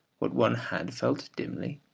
what one had felt dimly,